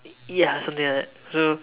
ya something like that so